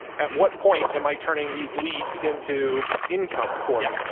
at what point am i turning these leads into income for me?